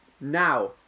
Now